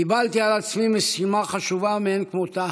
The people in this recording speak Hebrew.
קיבלתי על עצמי משימה חשובה מאין כמותה